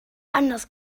anodd